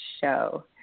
show